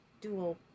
dual